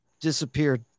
disappeared